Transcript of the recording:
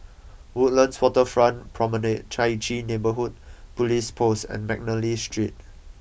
Woodlands Waterfront Promenade Chai Chee Neighbourhood Police Post and McNally Street